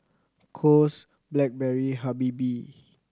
Kose Blackberry Habibie